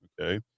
Okay